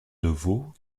devaux